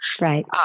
Right